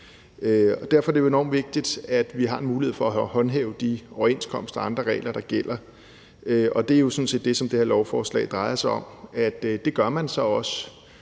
Derfor er det enormt vigtigt, at vi har en mulighed for at håndhæve de overenskomster og andre regler, der gælder, og det er jo sådan set det, som det her lovforslag drejer sig om – det gør man så også,